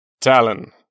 Talon